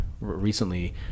recently